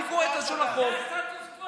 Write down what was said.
אני קורא את לשון החוק, זה הסטטוס קוו.